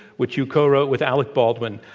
which you co-wrote with alek baldwin.